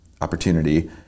opportunity